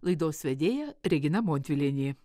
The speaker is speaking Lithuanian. laidos vedėja regina montvilienė